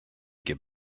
get